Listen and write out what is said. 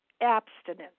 abstinence